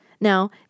Now